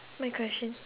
my question